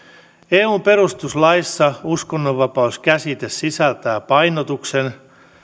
eun perustuslaissa uskonnonvapaus käsite sisältää painotuksen